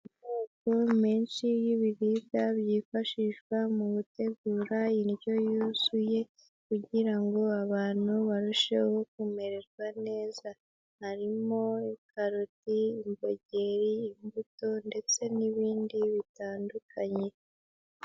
Amoko menshi y'ibiribwa byifashishwa mu gutegura indyo yuzuye kugira ngo abantu barusheho kumererwa neza. Harimo karoti, imbogeri, imbuto, ndetse n'ibindi bitandukanye.